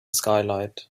skylight